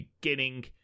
Beginning